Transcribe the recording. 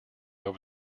over